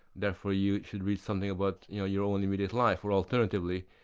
therefore you should read something about your your own immediate life. or alternatively,